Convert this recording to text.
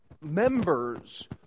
members